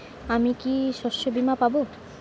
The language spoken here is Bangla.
আমি কি শষ্যবীমা পাব?